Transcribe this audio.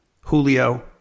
Julio